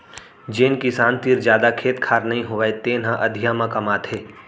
जेन किसान तीर जादा खेत खार नइ होवय तेने ह अधिया म कमाथे